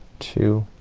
two,